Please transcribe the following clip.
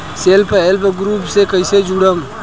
Self help group से कइसे जुड़म?